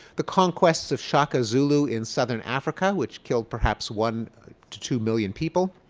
the conquests of shaka zulu in southern africa which killed perhaps one to two million people.